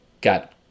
got